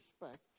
respect